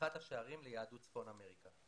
בפתיחת השערים ליהדות צפון אמריקה.